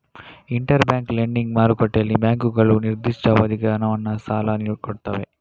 inter bank lending ಮಾರುಕಟ್ಟೆಯಲ್ಲಿ ಬ್ಯಾಂಕುಗಳು ನಿರ್ದಿಷ್ಟ ಅವಧಿಗೆ ಹಣವನ್ನ ಸಾಲ ಕೊಡ್ತವೆ